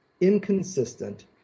inconsistent